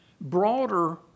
broader